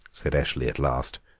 said eshley at last,